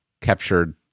captured